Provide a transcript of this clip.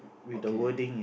okay